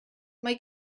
mae